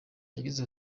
yagize